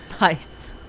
Nice